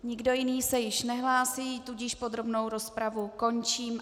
Nikdo jiný se již nehlásí, tudíž podrobnou rozpravu končím.